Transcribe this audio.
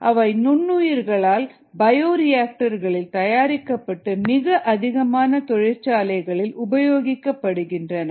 அவை நுண்ணுயிர்களால் பயோரியாக்டர் களில் தயாரிக்கப்பட்டு மிக அதிகமாக தொழிற்சாலைகளில் உபயோகிக்கப்படுகின்றன